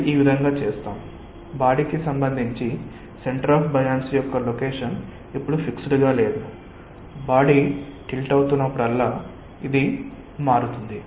మళ్ళీ ఈ విధంగా చేస్తాం బాడికి సంబంధించి సెంటర్ ఆఫ్ బయాన్సీ యొక్క లొకేషన్ ఇప్పుడు ఫిక్స్డ్ గా లేదు బాడి టిల్ట్ అవుతున్నపుడల్లా ఇది మారుతుంది